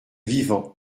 vivant